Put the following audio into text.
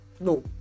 no